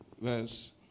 verse